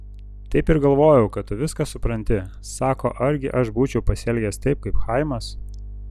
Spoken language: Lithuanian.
taip ir galvojau kad tu viską supranti sako argi aš būčiau pasielgęs taip kaip chaimas